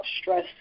stress